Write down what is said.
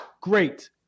Great